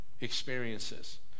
experiences